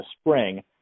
spring